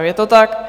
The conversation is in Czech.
Je to tak?